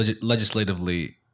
legislatively